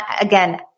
again